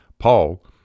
Paul